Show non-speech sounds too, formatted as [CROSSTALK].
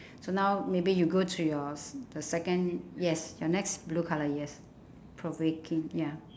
[BREATH] so now maybe you go to your se~ the second yes your next blue colour yes provoking ya